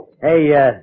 Hey